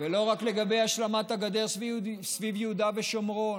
לא רק לגבי השלמת הגדר סביב יהודה ושומרון,